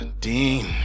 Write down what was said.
Dean